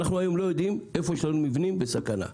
היום אנחנו לא יודעים איפה יש לנו מבנים בסכנה.